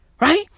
Right